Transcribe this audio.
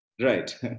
Right